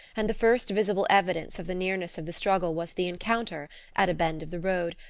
and the first visible evidence of the nearness of the struggle was the encounter, at a bend of the road,